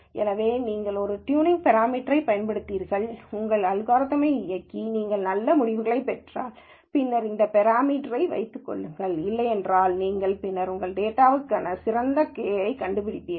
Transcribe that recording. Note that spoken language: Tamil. எனவே நீங்கள் ஒரு ட்யூனிங் பெராமீட்டர்வைப் பயன்படுத்துகிறீர்கள் உங்கள் அல்காரிதம்யை இயக்கி நீங்கள் நல்ல முடிவுகளைப் பெற்றால் பின்னர் அந்த பெராமீட்டர்வை வைத்துக் கொள்ளுங்கள் இல்லையென்றால் நீங்கள் பின்னர் உங்கள் டேட்டாற்கான சிறந்த கே வை கண்டுபிடிப்பீர்கள்